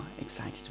excited